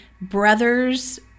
brothers